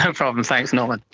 um problem, thanks norman.